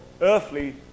earthly